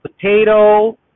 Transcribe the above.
potato